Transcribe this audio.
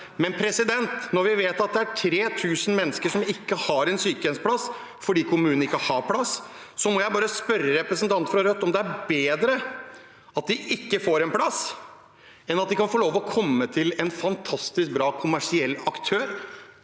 til samfunnet. Når vi vet at det er 3 000 mennesker som ikke har sykehjemsplass fordi kommunen ikke har plass, må jeg bare spørre representanten fra Rødt: Er det bedre at de ikke får en plass, enn at de kan få lov til å komme til en fantastisk bra kommersiell aktør